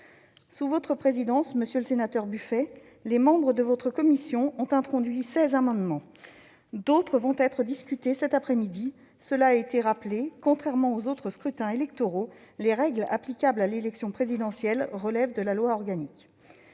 Sous votre présidence, monsieur le sénateur Buffet, les membres de votre commission ont introduit seize amendements. D'autres seront discutés cet après-midi. Comme cela a été rappelé, contrairement aux autres scrutins électoraux, les règles applicables à l'élection présidentielle relèvent de la loi organique.